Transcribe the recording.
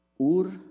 Ur